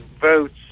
votes